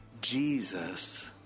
Jesus